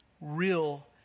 real